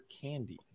candy